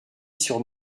sur